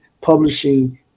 Publishing